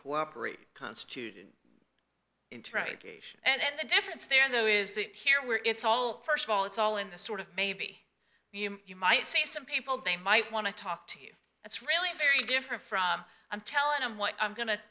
cooperate constitute a geisha and the difference there though is that here where it's all first of all it's all in the sort of maybe you might say some people they might want to talk to you that's really very different from i'm telling them what i'm going to